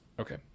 Okay